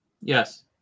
Yes